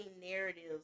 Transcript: narratives